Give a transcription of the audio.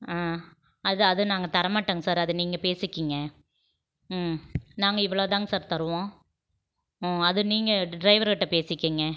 ஆ அதை அதை நாங்கள் தர மாட்டோங் சார் அதை நீங்கள் பேசுக்கிங்க நாங்கள் இவ்வளோ தாங்க சார் தருவோம் அது நீங்கள் டிரைவர் கிட்ட பேசிக்கிங்க